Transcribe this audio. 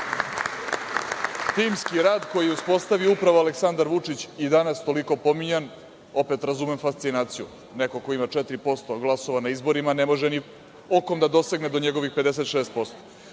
Timski rad koji je uspostavio upravo Aleksandar Vučić, i danas toliko pominjan. Opet, razumem fascinaciju nekog ko ima 4% glasova na izborima, ne može ni okom da dosegne do njegovih 56%.